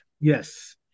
yes